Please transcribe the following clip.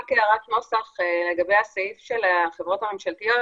נשמע את כל ההתייחסויות ונעשה הפסקה של עשר דקות כדי לסגור נוסחים.